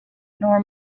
nor